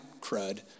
crud